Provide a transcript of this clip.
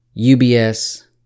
UBS